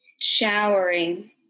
showering